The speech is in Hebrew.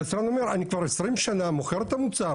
והיצרן אומר 'אני כבר 20 שנה מוכר את המוצר